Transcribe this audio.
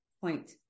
point